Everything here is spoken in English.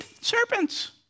serpents